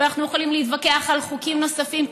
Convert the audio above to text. ואנחנו יכולים להתווכח על חוקים נוספים,